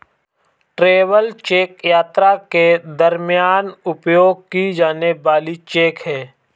travel check यात्रा के दरमियान उपयोग की जाने वाली चेक है